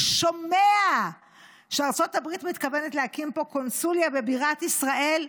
שומע שארצות הברית מתכוונת להקים פה קונסוליה בבירת ישראל,